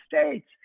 States